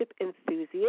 enthusiast